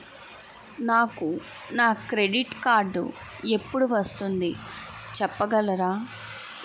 నాకు నా credit card ఎపుడు వస్తుంది చెప్పగలరా?